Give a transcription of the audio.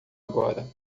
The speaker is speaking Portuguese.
agora